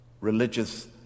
religious